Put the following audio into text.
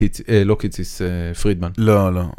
לא קיציס, פרידמן. לא, לא.